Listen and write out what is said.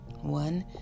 One